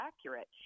accurate